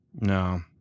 no